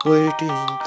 Waiting